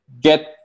get